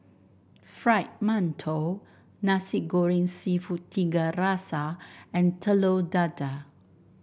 Fried Mantou Nasi Goreng seafood Tiga Rasa and Telur Dadah